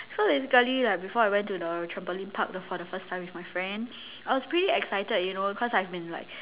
so basically like before I went to the trampoline park for the first time with my friend I was pretty excited you know cause I've been like